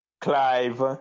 Clive